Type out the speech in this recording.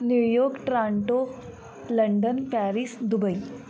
New York Toronto London Paris Dubai